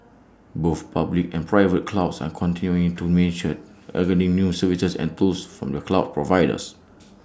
both public and private clouds are continuing to mature adding new services and tools from the cloud providers